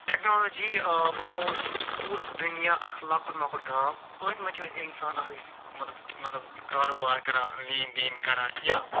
technology بنوس پوٗرٕ دُنیا اکھ لۅکُٹ مۅکُٹ گام أتھۍ منٛز چھِ أسۍ اِنسان اکھ أکِس مطلب مطلب کاروبار کَران لین دین کَران یا